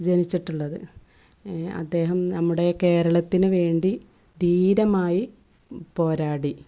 ജനിച്ചിട്ടുള്ളത് അദ്ദേഹം നമ്മുടെ കേരളത്തിനു വേണ്ടി ധീരമായി പോരാടി